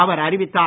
அவர் அறிவித்தார்